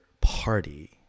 party